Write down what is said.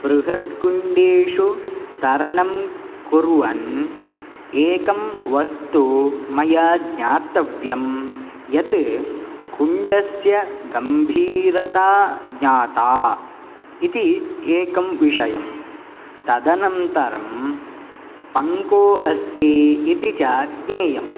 बृहत् कुण्डेषु तरणं कुर्वन् एकं वस्तु मया ज्ञातव्यं यत् कुण्डस्य गम्भीरत ज्ञाता इति एकं विषयम् तदनन्तरं पङ्को अस्ति इति च ज्ञेयम्